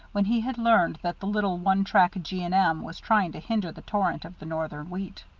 when he had learned that the little, one-track g. and m. was trying to hinder the torrent of the northern wheat.